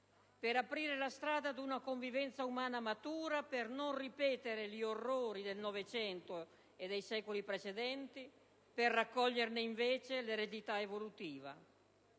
per aprire la strada ad una convivenza umana matura, per non ripetere gli orrori del Novecento e dei secoli precedenti e per raccoglierne invece l'eredità evolutiva.